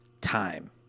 time